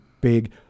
big